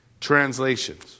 translations